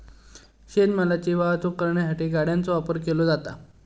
शेत मालाची वाहतूक करण्यासाठी गाड्यांचो वापर केलो जाता